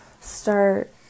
Start